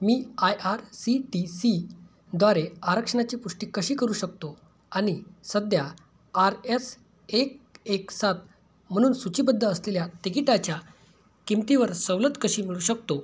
me I R C T C द्वारे आरक्षणाची पुष्टी कशी करू शकतो आणि सध्या आर एस एक एक सात म्हणून सूचीबद्ध असलेल्या तिकिटाच्या किमतीवर सवलत कशी मिळवू शकतो